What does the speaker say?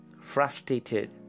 Frustrated